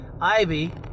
Ivy